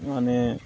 माने